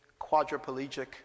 quadriplegic